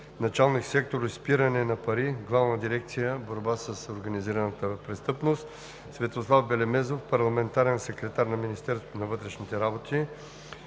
началник сектор „Изпиране на пари“ в Главна дирекция „Борба с организираната престъпност“, Светослав Белемезов – парламентарен секретар на Министерството на вътрешните работи,